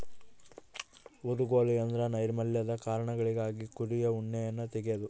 ಊರುಗೋಲು ಎಂದ್ರ ನೈರ್ಮಲ್ಯದ ಕಾರಣಗಳಿಗಾಗಿ ಕುರಿಯ ಉಣ್ಣೆಯನ್ನ ತೆಗೆದು